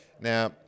Now